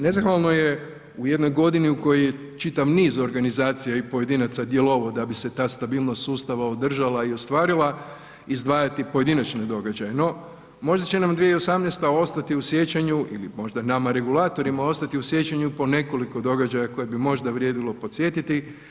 Nezahvalno je u jednoj godini u kojoj je čitav niz organizacija i pojedinaca djelovao da bi se ta stabilnost sustava održala i ostvarila, izdvajati pojedinačne događaje no možda će nam 2018. ostati u sjećanju ili možda nama regulatorima ostati u sjećanju, po nekoliko događa koje bi možda vrijedilo podsjetiti.